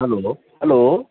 hello hello